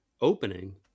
opening